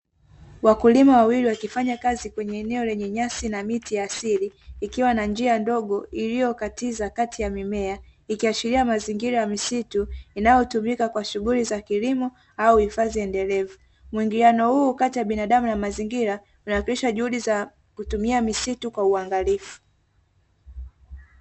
Wakulima wawili wakifanya kazi kwenye eneo lenye nyasi na miti asili ikiwa na njia ndogo iliokatiza kati ya mimea ikiashiria mazingira ya misitu inayotumika katika shughuli za kilimo au hifadhi endelevu muingiliano huu kati ya binadamu na mazingira inarudisha juhudi za kutumia misitu kwa uangalifu.